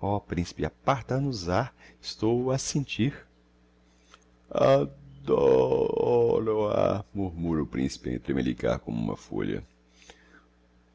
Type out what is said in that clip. o principe apartar nos ha estou o a sentir a dó óro a murmura o principe a tremelicar como uma folha